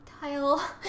tile